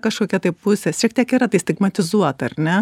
kažkokia tai pusė šiek tiek yra tai stigmatizuota ar ne